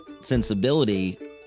sensibility